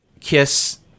Kiss